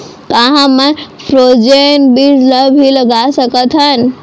का हमन फ्रोजेन बीज ला भी लगा सकथन?